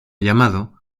llamado